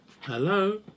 Hello